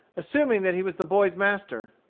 assuming that he was the boy's master,